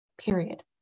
period